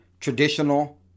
traditional